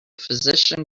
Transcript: physician